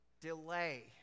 delay